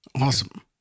Awesome